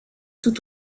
tout